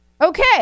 okay